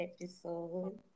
episode